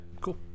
Cool